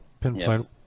pinpoint